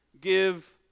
give